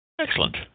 Excellent